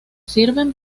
sirven